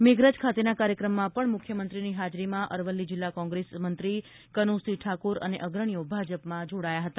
મેઘરાજ ખાતેના કાર્યક્રમમાં પણ મુખ્યમંત્રીની હાજરીમાં અરવલ્લી જિલ્લા કોંગ્રેસ મંત્રી કન્મસિંહ ઠાકોર અને અગ્રણીઓ ભાજપમાં જોડાયા હતા